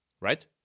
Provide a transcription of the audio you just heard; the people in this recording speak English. right